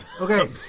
Okay